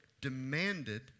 demanded